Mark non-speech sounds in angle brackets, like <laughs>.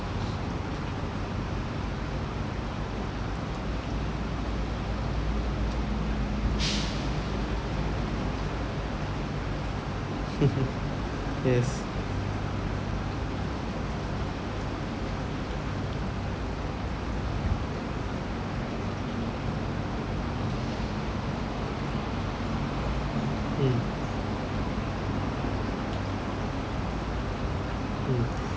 <laughs> yes mm mm